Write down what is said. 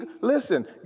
listen